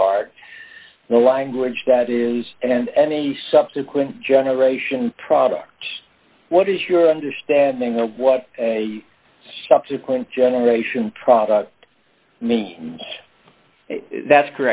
card the language that is and any subsequent generation products what is your understanding of what a subsequent generation product means that's